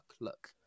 look